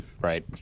Right